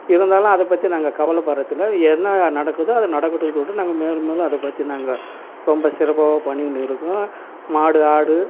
இருந்தாலும் அதை பற்றி நாங்கள் கவலைப்பட்றதில்ல என்ன நடக்குதோ அது நடக்கட்டும்னு சொல்லிட்டு நாங்கள் மேலும் மேலும் அதை பற்றி நாங்கள் ரொம்ப சிறப்பாகவே பண்ணின்னு இருக்கோம் மாடு ஆடு